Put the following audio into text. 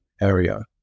area